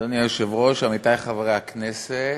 אדוני היושב-ראש, עמיתי חברי הכנסת,